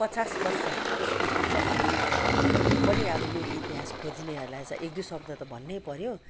पचास वर्ष स्कुल पुग्दाखेरि पनि अब यो इतिहास खोज्नेहरूलाई चाहिँ एक दुई शब्द त भन्नै पऱ्यो